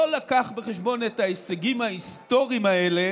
לא הביא בחשבון את ההישגים ההיסטוריים האלה